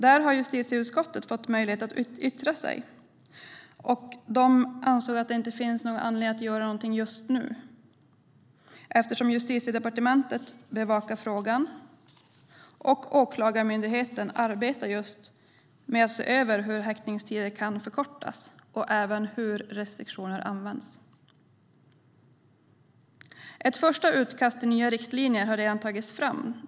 Där har justitieutskottet fått möjlighet att yttra sig. De anser att det inte finns någon anledning att göra någonting just nu, eftersom Justitiedepartementet bevakar frågan och Åklagarmyndigheten arbetar med att se över hur häktningstider kan förkortas och även hur restriktioner används. Ett första utkast till nya riktlinjer har redan tagits fram.